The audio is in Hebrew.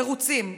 מירוצים,